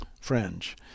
fringe